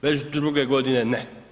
Već druge godine ne.